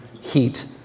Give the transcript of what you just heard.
heat